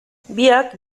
biak